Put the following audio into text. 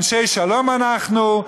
אנשי שלום אנחנו,